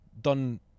done